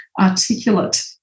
articulate